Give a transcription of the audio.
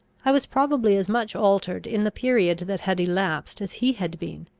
i was probably as much altered in the period that had elapsed as he had been.